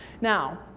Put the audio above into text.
Now